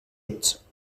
ets